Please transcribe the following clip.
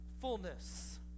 fullness